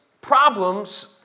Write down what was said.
problems